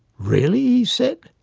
really he said,